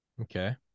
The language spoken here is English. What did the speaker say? Okay